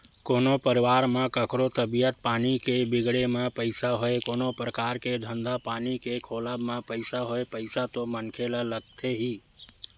कोनो परवार म कखरो तबीयत पानी के बिगड़े म पइसा होय कोनो परकार के धंधा पानी के खोलब म पइसा होय पइसा तो मनखे ल लगथे ही